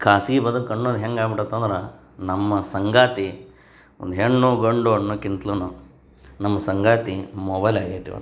ಖಾಸಗಿ ಬದಕು ಅನ್ನೋದು ಹೆಂಗಾಗ್ಬಿಟ್ಟತೆ ಅಂದ್ರೆ ನಮ್ಮ ಸಂಗಾತಿ ಒಂದು ಹೆಣ್ಣು ಗಂಡು ಅನ್ನೋಕ್ಕಿಂತ್ಲೂ ನಮ್ಮ ಸಂಗಾತಿ ಮೊಬೈಲಾಗ ಐತೆ ಇವತ್ತು